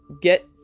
get